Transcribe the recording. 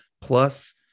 plus